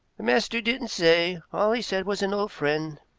the master didn't say. all he said was an old friend.